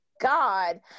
God